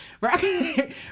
Right